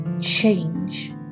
change